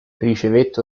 ricevette